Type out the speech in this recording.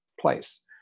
place